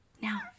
Now